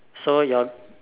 so your